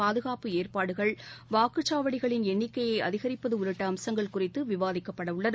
பாதகாப்பு ஏற்பாடுகள் வாக்குச்சாவடிகளின் எண்ணிக்கையை அதிகரிப்பது உள்ளிட்ட அம்சங்கள் குறித்து விவாதிக்கப்படவுள்ளது